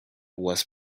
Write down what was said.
was